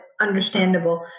understandable